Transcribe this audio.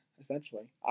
essentially